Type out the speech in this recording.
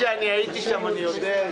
כיוון שהייתי שם אני יודע.